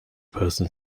person